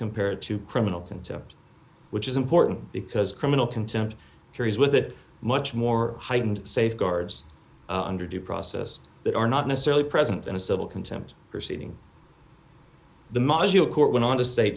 compare it to criminal contempt which is important because criminal contempt carries with it much more heightened safeguards under due process that are not necessarily present in a civil contempt proceeding the module court went on to s